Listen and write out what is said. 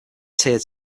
tiered